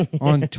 on